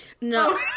no